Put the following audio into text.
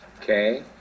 Okay